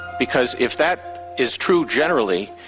because if that is true generally,